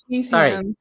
sorry